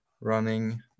running